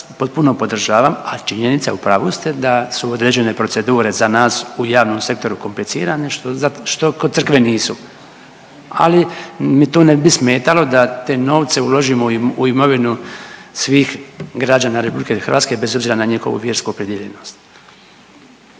potpuno podržavam, ali činjenica je, u pravu ste da su određene procedure za nas u javnom sektoru komplicirane što kod crkve nisu, ali mi to ne bi smetalo da te novce uložimo u imovinu svih građana RH bez obzira na njihovu vjersku opredijeljenost.